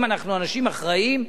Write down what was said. אם אנחנו אנשים אחראיים,